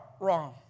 wrong